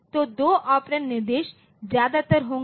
तो दो ऑपरेंड निर्देश ज्यादातर होंगे इसलिए यह प्रारूप होगा